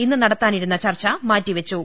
ഇന്നു നടത്താ നിരുന്ന ചർച്ച മാറ്റിവെച്ചു